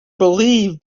believed